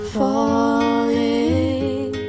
falling